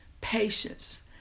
Patience